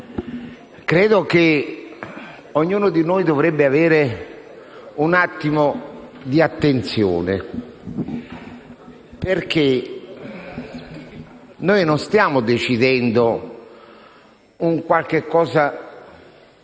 credo che ognuno di noi dovrebbe avere un po' di attenzione perché noi non stiamo decidendo qualcosa